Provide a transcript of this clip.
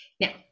now